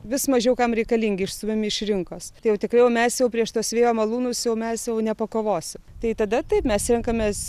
vis mažiau kam reikalingi išstumiami iš rinkos tai jau tikrai jau mes jau prieš tuos vėjo malūnus jau mes jau nepakovosi tai tada taip mes renkamės